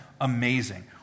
Amazing